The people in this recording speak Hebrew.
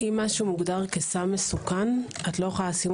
אם משהו מוגדר כסם מסוכן את לא יכולה לשים